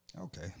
Okay